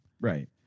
Right